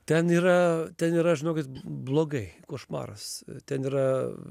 ten yra ten yra žinokit blogai košmaras ten yra